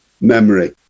memory